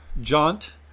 jaunt